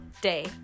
day